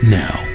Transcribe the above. now